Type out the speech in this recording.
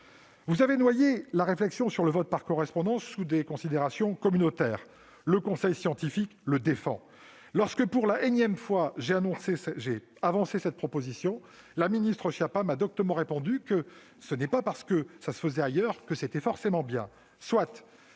Vous avez noyé la réflexion sur le vote par correspondance sous des considérations communautaires. Pourtant, le conseil scientifique le défend. Lorsque, pour la énième fois, j'ai avancé cette proposition, Mme la ministre Schiappa m'a doctement répondu que « ce n'est pas parce que cela se fait ailleurs que c'est forcément bien.